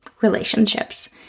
relationships